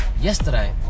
yesterday